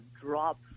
drop